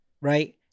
Right